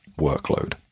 workload